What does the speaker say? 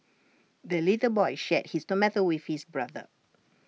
the little boy shared his tomato with his brother